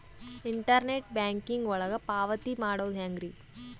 Internet banking ಒಳಗ ಪಾವತಿ ಮಾಡೋದು ಹೆಂಗ್ರಿ?